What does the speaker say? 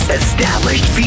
established